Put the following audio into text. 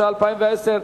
התש"ע 2010,